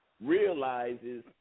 realizes